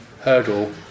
hurdle